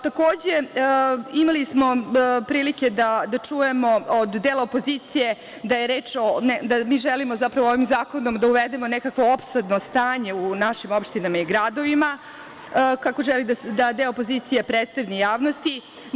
Takođe, imali smo prilike da čujemo od dela opozicije da mi želimo, zapravo ovim zakonom da uvedemo nekakvo opsadno stanje u našim opštinama i gradovima, kako želi da deo opozicije predstavi javnosti.